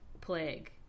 plague